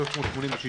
386,